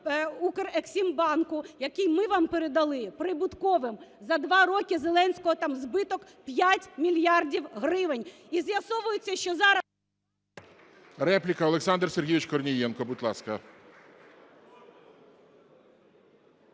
Укрексімбанку, який ми вам передали прибутковим. За два роки Зеленського там збиток – 5 мільярдів гривень. І з'ясовується, що зараз…